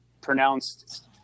pronounced